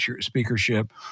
speakership